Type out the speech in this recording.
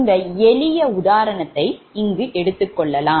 இந்த எளிய உதாரணத்தைஎடுத்துக்கொள்ளலாம்